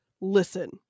Listen